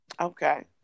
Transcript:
Okay